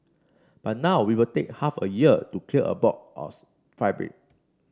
but now we take half a year to clear a box of fabric